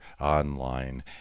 online